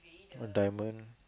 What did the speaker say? what diamond